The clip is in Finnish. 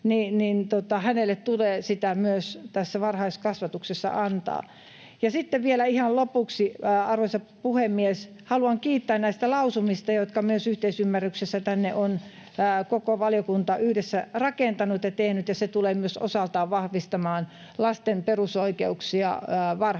niin hänelle tulee sitä myös varhaiskasvatuksessa antaa. Sitten vielä ihan lopuksi, arvoisa puhemies, haluan kiittää näistä lausumista, jotka myös yhteisymmärryksessä tänne on koko valiokunta yhdessä rakentanut ja tehnyt. Se tulee myös osaltaan vahvistamaan lasten perusoikeuksia varhaiskasvatukseen.